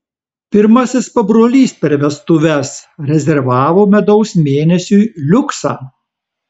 pirmasis pabrolys per vestuves rezervavo medaus mėnesiui liuksą